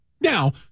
Now